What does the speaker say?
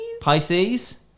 Pisces